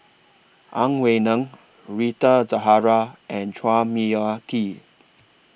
Ang Wei Neng Rita Zahara and Chua Mia Tee